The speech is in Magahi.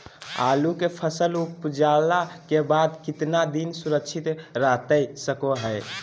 आलू के फसल उपजला के बाद कितना दिन सुरक्षित रहतई सको हय?